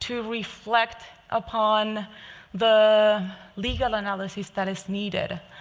to reflect upon the legal analysis that is needed.